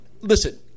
listen